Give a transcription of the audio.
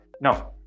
no